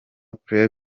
pre